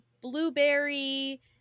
blueberry